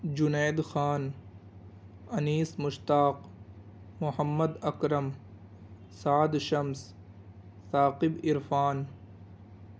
Junaid Khan Anis Mushtaq Mohammad Akram Saad Shams Saqib Irfan